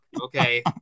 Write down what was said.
okay